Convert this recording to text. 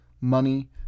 money